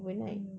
mm